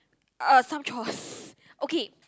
uh some chores okay